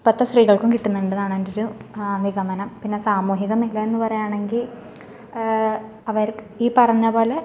ഇപ്പത്ത സ്ത്രീകൾക്കും കിട്ടുന്നുണ്ടെന്നാണ് എൻറ്റോരു നിഗമനം പിന്നെ സാമൂഹിക നില എന്ന് പറയുകയാണെങ്കിൽ അവർ ഈ പറഞ്ഞത് പോലെ